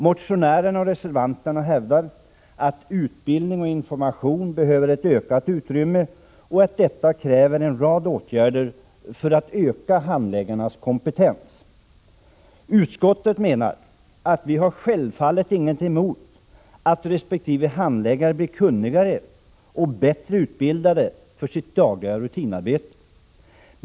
Motionärerna och reservanterna hävdar att utbildning och information behöver ett ökat utrymme och att detta kräver en rad åtgärder för att öka handläggarnas kompetens. Utskottsmajoriteten har självfallet inget emot att resp. handläggare blir kunnigare och bättre utbildad för sitt dagliga rutinarbete.